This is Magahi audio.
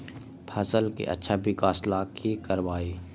फसल के अच्छा विकास ला की करवाई?